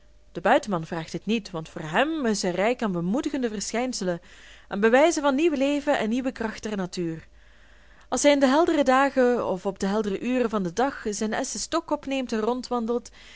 de buitenman vraagt het niet want voor hem is zij rijk aan bemoedigende verschijnselen aan bewijzen van nieuw leven en nieuwe kracht der natuur als hij in de heldere dagen of op de heldere uren van den dag zijn esschen stok opneemt en